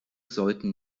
sollten